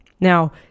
Now